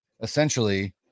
essentially